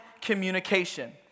communication